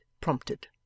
prompted